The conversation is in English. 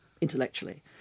intellectually